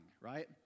right